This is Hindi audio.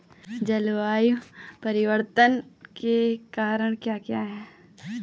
जलवायु परिवर्तन के कारण क्या क्या हैं?